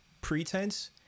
pretense